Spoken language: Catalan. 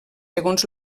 segons